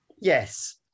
Yes